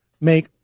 make